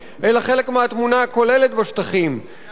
אלא חלק מהתמונה הכוללת בשטחים" "שבה